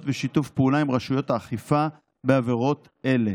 ושיתוף פעולה עם רשויות האכיפה בעבירות אלה.